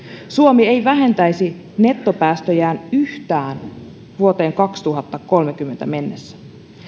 suomi ei vähentäisi nettopäästöjään yhtään vuoteen kaksituhattakolmekymmentä mennessä